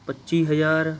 ਪੱਚੀ ਹਜ਼ਾਰ